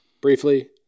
briefly